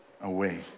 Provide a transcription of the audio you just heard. away